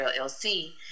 llc